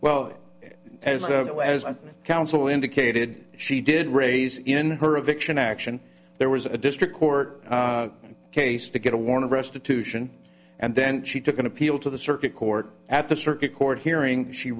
well as a counsel indicated she did raise in her addiction action there was a district court case to get a warning restitution and then she took an appeal to the circuit court at the circuit court hearing she